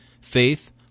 faith